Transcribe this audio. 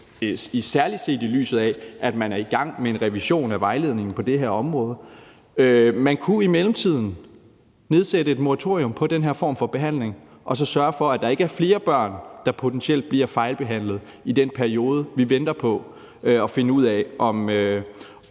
særlig set i lyset af at man er i gang med en revision af vejledningen på det her område. Man kunne i mellemtiden indføre et moratorium for den her form for behandling og så sørge for, at der ikke er flere børn, der potentielt bliver fejlbehandlet i den periode, hvor vi venter på at finde ud af, om